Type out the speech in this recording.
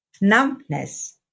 numbness